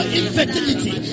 infertility